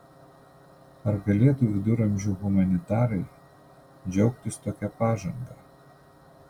ar galėtų viduramžių humanitarai džiaugtis tokia pažanga